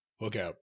lookout